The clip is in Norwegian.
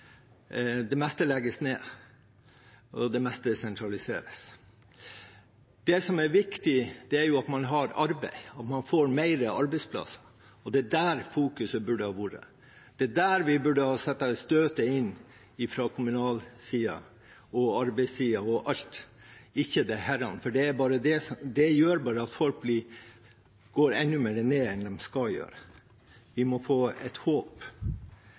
Det meste legges ned, og det meste sentraliseres. Det som er viktig, er at man har arbeid, at man får flere arbeidsplasser. Det er der fokuset burde ha vært. Det er der vi burde satt inn støtet fra kommunal side og arbeidssiden og alt – ikke dette, for det gjør bare at folk går enda lenger ned. De må få et håp.